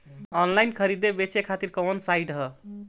Online खरीदे बेचे खातिर कवन साइड ह?